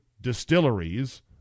distilleries